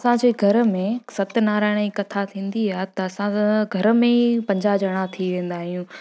असांजे घर में सत्यनारायण जी कथा थींदी आहे त असां घर में पंजाहु ॼणा थी वेंदा आहियूं